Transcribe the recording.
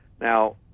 Now